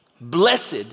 blessed